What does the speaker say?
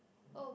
oh